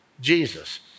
Jesus